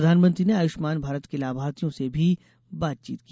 प्रधानमंत्री ने आयुष्मान भारत के लाभार्थियों से भी बातचीत की